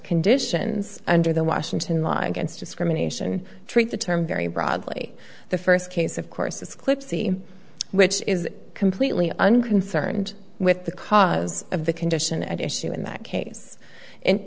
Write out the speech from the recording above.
conditions under the washington law against discrimination treat the term very broadly the first case of course is clip c which is completely unconcerned with the cause of the condition at issue in that case and